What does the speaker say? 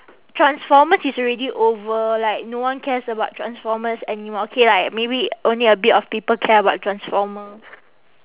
transformers is already over like no one cares about transformers anymore okay like maybe only a bit of people care about transformer